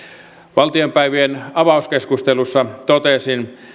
valtiopäivien avauskeskustelussa totesin